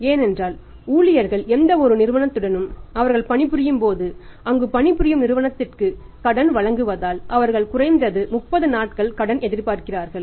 ஏனென்றால் ஊழியர்கள் எந்தவொரு நிறுவனத்துடனும் அவர்கள் பணிபுரியும் போது அங்கு பணிபுரியும் நிறுவனத்திற்கு கடன் வழங்குவதால் அவர்கள் குறைந்தது 30 நாட்கள் கடன் எதிர்பார்க்கிறார்கள்